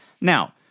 Now